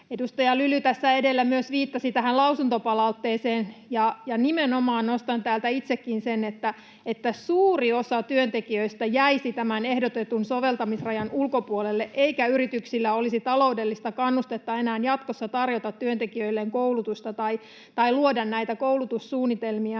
Edustaja Lyly tässä edellä viittasi myös tähän lausuntopalautteeseen, ja nimenomaan nostan täältä itsekin sen, että suuri osa työntekijöistä jäisi tämän ehdotetun soveltamisrajan ulkopuolelle eikä yrityksillä olisi taloudellista kannustetta enää jatkossa tarjota työntekijöilleen koulutusta tai luoda näitä koulutussuunnitelmia.